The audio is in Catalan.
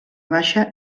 baixa